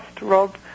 Rob